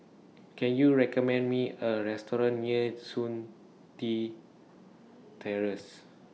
Can YOU recommend Me A Restaurant near Chun Tin Terrace